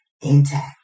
intact